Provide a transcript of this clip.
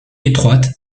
étroites